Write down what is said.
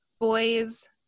boys